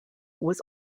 was